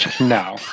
no